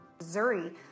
Missouri